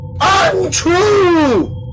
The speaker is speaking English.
Untrue